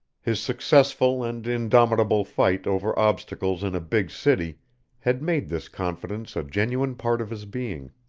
his successful and indomitable fight over obstacles in a big city had made this confidence a genuine part of his being.